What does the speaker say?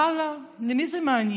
ואללה, את מי זה מעניין?